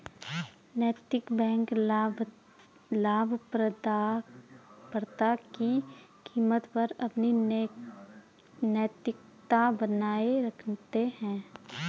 नैतिक बैंक लाभप्रदता की कीमत पर अपनी नैतिकता बनाए रखते हैं